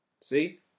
See